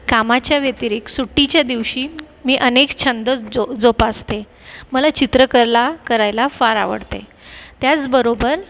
कामाच्या व्यतिरिक्त सुट्टीच्या दिवशी मी अनेक छंद जो जोपासते मला चित्रकला करायला फार आवडते त्याचबरोबर